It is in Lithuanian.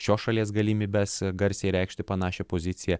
šios šalies galimybes garsiai reikšti panašią poziciją